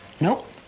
Nope